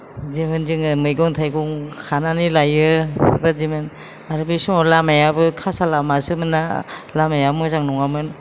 जोङो बिदिनो मैगं थाइगं खानानै लायो बेबादिमोन आरो बे समाव लामायाबो खासा लामासोमोन्ना लामाया मोजां नङामोन